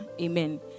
Amen